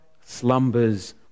slumbers